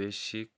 basic